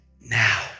now